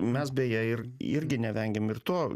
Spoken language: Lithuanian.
mes beje ir irgi nevengėm ir to